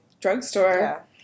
drugstore